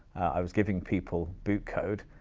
i was giving people boot code,